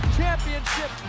championship